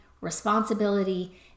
responsibility